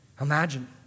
Imagine